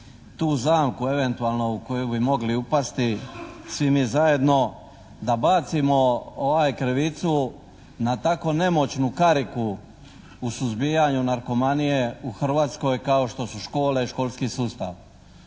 tu zamku, eventualno u koju bi mogli upasti svi mi zajedno, da bacimo krivicu na tako nemoćnu kariku u suzbijanju narkomanije u Hrvatskoj kao što su škole, školski sustav.